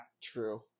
True